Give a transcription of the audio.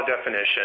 definition